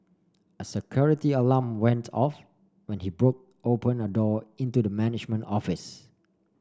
a security alarm went off when he broke open a door into the management office